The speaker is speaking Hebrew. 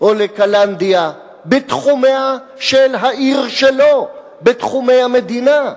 או לקלנדיה בתחומיה של העיר שלו, בתחומי המדינה.